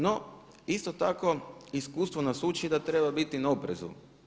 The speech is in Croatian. No, isto tako iskustvo nas uči da treba biti na oprezu.